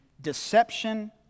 deception